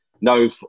No